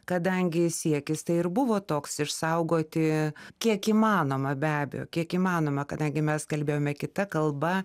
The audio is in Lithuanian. kadangi siekis tai ir buvo toks išsaugoti kiek įmanoma be abejo kiek įmanoma kadangi mes kalbėjom kita kalba